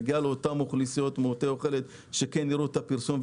נגיע לאותן אוכלוסיות מעוטות יכולת שיראו את הפרסום.